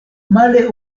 male